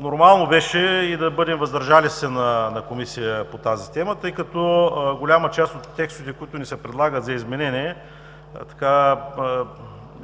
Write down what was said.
Нормално беше и да бъдем „въздържали се“ в Комисията по тази тема, тъй като голяма част от текстовете, които ни се предлагат за изменение,